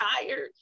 tired